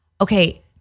Okay